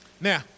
Now